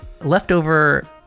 leftover